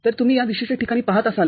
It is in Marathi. तरतुम्ही या विशिष्ट ठिकाणी पहात आहात